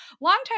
Longtime